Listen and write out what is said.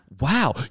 Wow